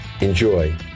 Enjoy